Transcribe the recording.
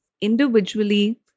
individually